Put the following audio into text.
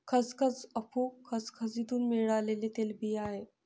खसखस अफू खसखसीतुन मिळालेल्या तेलबिया आहे